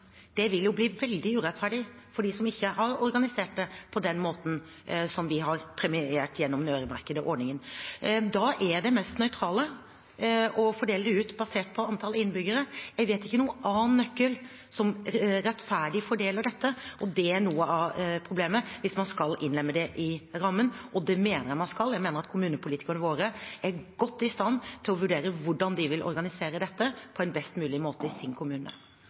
det vil jo bli veldig urettferdig for dem som ikke har organisert det på den måten som vi har premiert gjennom den øremerkede ordningen. Da er det mest nøytrale å fordele det ut basert på antallet innbyggere. Jeg vet ikke om noen annen nøkkel som fordeler dette rettferdig. Det er noe av problemet hvis man skal innlemme det i rammen, og det mener jeg at man skal. Jeg mener at kommunepolitikerne våre er godt i stand til å vurdere hvordan de vil organisere dette på en best mulig måte i sin kommune.